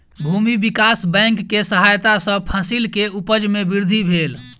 भूमि विकास बैंक के सहायता सॅ फसिल के उपज में वृद्धि भेल